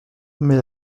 mais